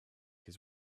his